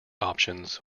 options